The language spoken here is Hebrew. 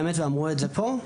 ואמרו את זה פה,